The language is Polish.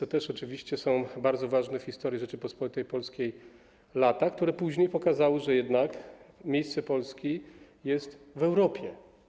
Oczywiście to też są bardzo ważne w historii Rzeczypospolitej Polskiej lata, które później pokazały, że jednak miejsce Polski jest w Europie.